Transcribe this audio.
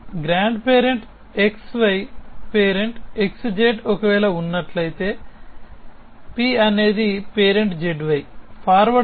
కాబట్టి grandparent xy parent xz ఒకవేళ ఉన్నట్లయితే p అనేది పేరెంట్ zy